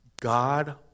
God